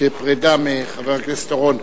כפרידה מחבר הכנסת אורון.